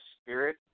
Spirit